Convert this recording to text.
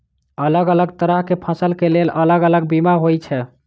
अलग अलग तरह केँ फसल केँ लेल अलग अलग बीमा होइ छै?